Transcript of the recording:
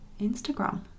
Instagram